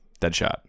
Deadshot